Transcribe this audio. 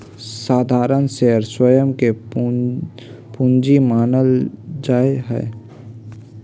साधारण शेयर स्वयं के पूंजी मानल जा हई